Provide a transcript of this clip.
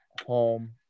home